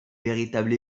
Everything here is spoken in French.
véritable